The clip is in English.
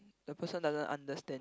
the person doesn't understand